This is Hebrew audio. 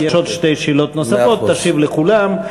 יש עוד שתי שאלות נוספות, תשיב לכולם.